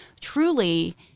truly